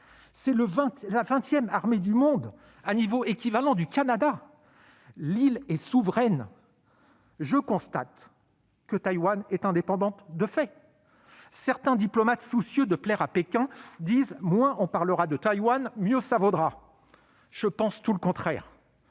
C'est la vingtième armée du monde, à niveau équivalent du Canada. L'île est souveraine. Taïwan est indépendante de fait. Certains diplomates soucieux de plaire à Pékin disent :« Moins on parlera de Taïwan, mieux cela vaudra. » Je pense tout le contraire.